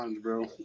bro